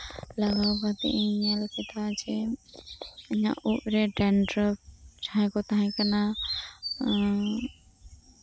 ᱞᱟᱜᱟᱣ ᱦᱟᱹᱵᱤᱡ ᱤᱧ ᱧᱮᱞ ᱠᱮᱫᱟ ᱡᱮ ᱤᱧᱟᱹᱜ ᱩᱵᱨᱮ ᱰᱮᱱᱴᱚᱨᱚᱯ ᱡᱟᱸᱦᱟᱭ ᱠᱚ ᱛᱟᱸᱦᱮ ᱠᱟᱱᱟ